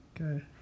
Okay